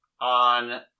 on